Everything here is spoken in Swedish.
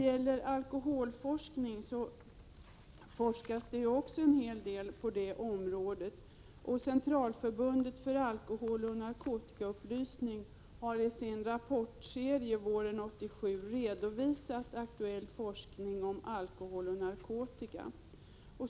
Om alkohol forskas det också en hel del. Centralförbundet för alkoholoch narkotikaupplysning har i sin rapportserie våren 1987 redovisat aktuell forskning om alkohol och narkotika.